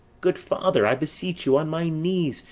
good father, i beseech you on my knees,